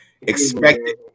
expected